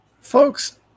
Folks